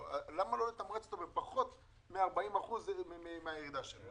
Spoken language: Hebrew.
לפה באחד מחוקי ההסדרים הקרובים ותגידו,